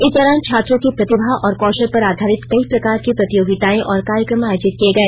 इस दौरान छात्रों की प्रतिभा और कौशल पर आधारित कई प्रकार की प्रतियोगिताएं और कार्यक्रम आयोजित किये गए